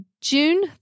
June